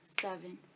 seven